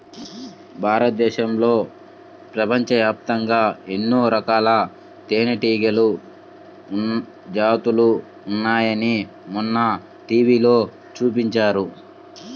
భారతదేశంలో, ప్రపంచవ్యాప్తంగా ఎన్నో రకాల తేనెటీగల జాతులు ఉన్నాయని మొన్న టీవీలో చూపించారు